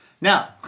Now